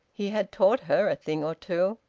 he had taught her a thing or two.